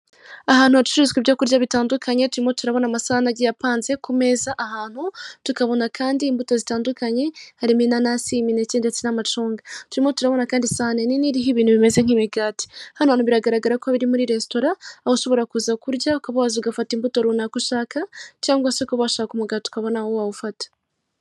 Ahantu hacururizwa ibyo kurya bitandukanye turimo turabona amasahane agiye apanze ku meza ahantu, tukabona kandi imbuto zitandukanye, hari inanasi, imineke, ndetse n'amacunga. Turimo turabona kandi isahane nini iriho ibintu bimeze nk'imigati, hano hantu biragaragara ko biri muri resitora aho ushobora kuza kurya ukaba waza ugafata imbuto runaka ushaka, cyangwa se ukaba washaka umugati ukaba nawo wawufata.